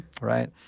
right